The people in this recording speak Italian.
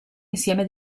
insieme